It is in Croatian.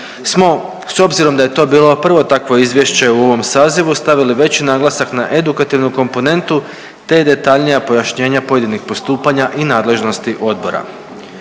smo s obzirom da je to bilo prvo takvo izvješće u ovom sazivu stavili veći naglasak na edukativnu komponentu te detaljnija pojašnjena pojedinih postupanja i nadležnosti odbora.